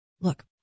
Look